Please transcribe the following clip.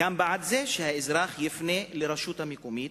אני גם בעד זה שהאזרח יפנה אל הרשות המקומית